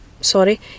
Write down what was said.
sorry